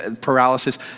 paralysis